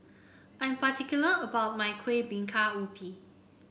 I'm particular about my Kueh Bingka Ubi